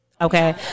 okay